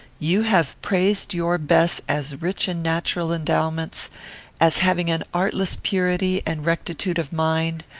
you have praised your bess as rich in natural endowments as having an artless purity and rectitude of mind,